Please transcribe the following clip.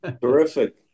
Terrific